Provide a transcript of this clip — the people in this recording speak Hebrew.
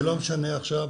ולא משנה עכשיו,